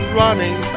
running